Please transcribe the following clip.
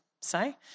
say